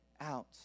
out